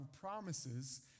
promises